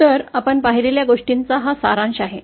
तर आपण पाहिलेल्या गोष्टींचा हा सारांश आहे